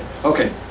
Okay